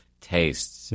tastes